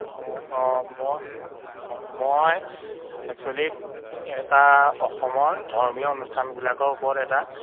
হয় অঁ মই অঁ মই একচ্যুৱেলি এটা অসমৰ ধৰ্মীয় অনুষ্ঠানবিলাকৰ ওপৰত এটা